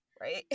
right